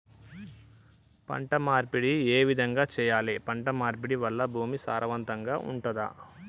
పంట మార్పిడి ఏ విధంగా చెయ్యాలి? పంట మార్పిడి వల్ల భూమి సారవంతంగా ఉంటదా?